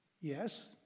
Yes